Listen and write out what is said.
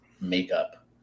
makeup